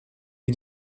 lui